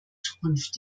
zukunft